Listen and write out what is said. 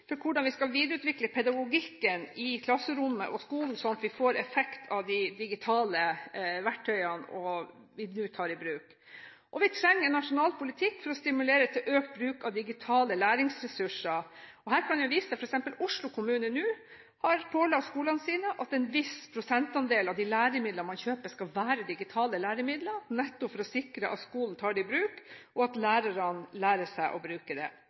for hvordan vi skal videreutvikle pedagogikken i klasserommet og skolen sånn at vi får effekt av de digitale verktøyene vi nå tar i bruk, og vi trenger en nasjonal politikk for å stimulere til økt bruk av digitale læringsressurser. Her kan jeg vise til at f. eks. Oslo kommune nå har pålagt skolene sine at en viss prosentandel av de læremidler man kjøper, skal være digitale læremidler, nettopp for å sikre at skolen tar det i bruk, og at lærerne lærer seg å bruke det.